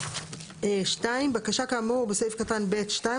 (2) בקשה כאמור בסעיף קטן (ב)(2),